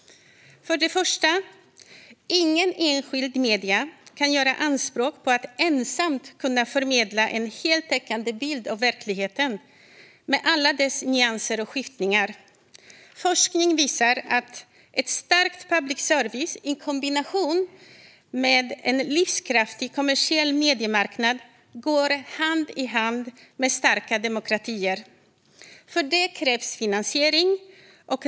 För det första kan inget enskilt medium göra anspråk på att ensamt kunna förmedla en heltäckande bild av verkligheten med alla dess nyanser och skiftningar. Forskning visar att en stark public service i kombination med en livskraftig kommersiell mediemarknad går hand i hand med starka demokratier. För detta krävs finansiering.